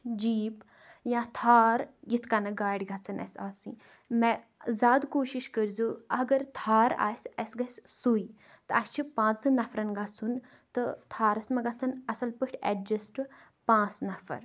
jeep یا تھار یِتھ کَنٮ۪تھ گاڑِ گژھن اَسہِ آسٕنۍ مےٚ زیادٕ کوٗشِش کٔرۍزیو اگر تھار آسہِ اَسہِ گژھِ سُے تہٕ اَسہِ چھِ پانٛژَن نفرَن گژھُن تہٕ تھارَس مہ گژھن اَصٕل پٲٹھۍ اٮ۪ڈجَسٹ پانٛژھ نفر